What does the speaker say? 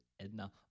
Edna